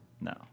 No